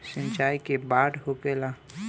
सिंचाई के बार होखेला?